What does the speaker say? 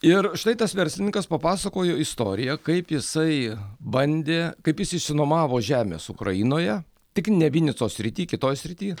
ir štai tas verslininkas papasakojo istoriją kaip jisai bandė kaip jis išsinuomavo žemės ukrainoje tik ne vinicos srity kitoj srity